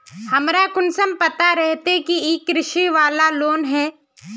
हमरा कुंसम पता रहते की इ कृषि वाला लोन है?